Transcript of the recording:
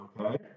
Okay